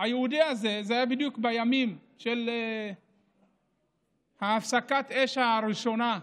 זה היה בדיוק בימים של הפסקת האש הראשונה,